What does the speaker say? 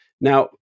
Now